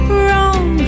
wrong